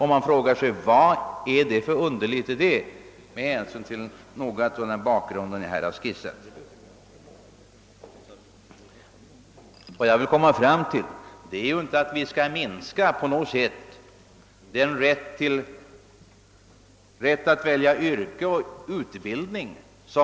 Man frågar sig då vad det ligger för underligt i detta med hänsyn till den bakgrund jag har skisserat. Vad jag vill komma fram till är inte att vi på något sätt skall minska den rätt ungdomen äntligen har fått att välja yrke och utbildning.